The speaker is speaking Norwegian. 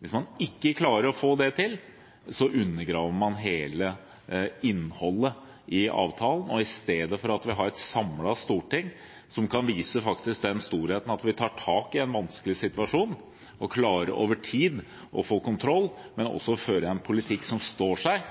Hvis man ikke klarer å få det til, undergraver man hele innholdet i avtalen, og i stedet for at vi har et samlet storting som faktisk kan vise den storheten at vi tar tak i en vanskelig situasjon og over tid klarer å få kontroll, men også fører en politikk som står seg,